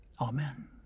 Amen